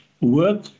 work